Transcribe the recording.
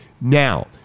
Now